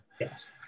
Yes